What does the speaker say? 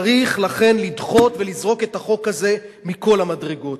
צריך לדחות ולזרוק את החוק הזה מכל המדרגות.